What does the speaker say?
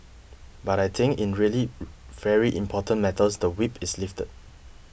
but I think in really very important matters the whip is lifted